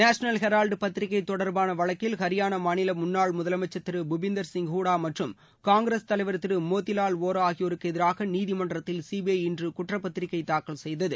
national Herald பத்திரிகை தொடர்பான வழக்கில் ஹரியானா மாநில முன்னாள் முதலமைச்சர் திரு புபிந்தர் சிங் ஹூடா மற்றும் காங்கிரஸ் தலைவர் திரு மோதிலால் வோரா ஆகியோருக்கு எதிராக நீதிமன்றத்தில் சிபிஐ இன்று குற்றப்பத்திரிகை தாக்கல் செய்தது